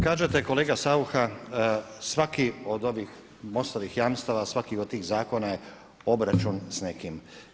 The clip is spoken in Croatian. Kažete kolega Saucha svaki od ovih MOST-ovih jamstava, svaki od tih zakona je obračun s nekim.